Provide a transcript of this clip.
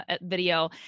video